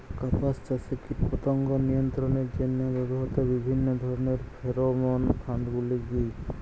কাপাস চাষে কীটপতঙ্গ নিয়ন্ত্রণের জন্য ব্যবহৃত বিভিন্ন ধরণের ফেরোমোন ফাঁদ গুলি কী?